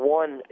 one